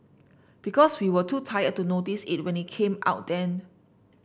because we were too tired to notice it when it came out then